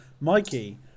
Mikey